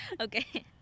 okay